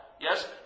Yes